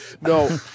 No